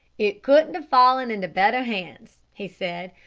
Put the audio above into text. it couldn't have fallen into better hands, he said.